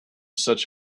such